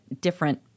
different